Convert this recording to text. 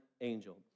angel